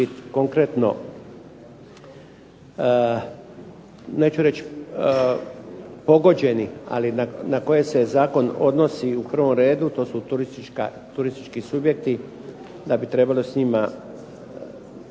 da bi trebalo s njima